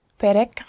perek